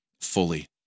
fully